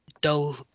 dull